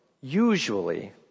usually